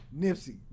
Nipsey